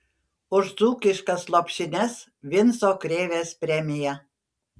už dzūkiškas lopšines vinco krėvės premija